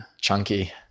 Chunky